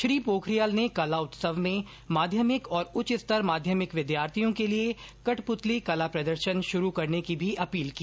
श्री पोखरियाल ने कला उत्सव में माध्यमिक और उच्चतर माध्यमिक विद्यार्थियों के लिए कठपुतली कला प्रदर्शन शुरू करने की भी अपील की